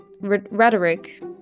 rhetoric